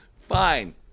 Fine